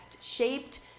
shaped